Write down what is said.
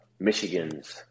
Michigans